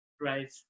right